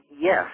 Yes